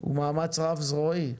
הוא מאמץ רב זרועי.